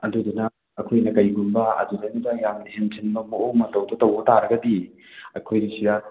ꯑꯗꯨꯗꯨꯅ ꯑꯩꯈꯣꯏꯅ ꯀꯔꯤꯒꯨꯝꯕ ꯑꯗꯨꯗꯩꯗꯨꯗ ꯌꯥꯝꯅ ꯍꯦꯟꯖꯤꯟꯕ ꯃꯑꯣꯡ ꯃꯇꯧꯗꯨ ꯇꯧꯕ ꯇꯥꯔꯒꯗꯤ ꯑꯩꯈꯣꯏꯒꯤ ꯁꯤꯌꯥꯔ